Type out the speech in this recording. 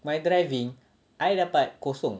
my driving I dapat kosong